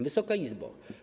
Wysoka Izbo!